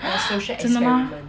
真的吗